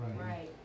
right